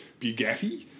Bugatti